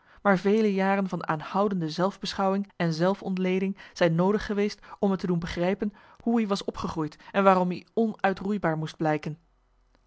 maar vele jaren van aanhoudende zelfbeschouwing en zelfontleding zijn noodig geweest om me te doen begrijpen hoe i was opgegroeid en waarom i onuitroeibaar moest blijken